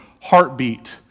heartbeat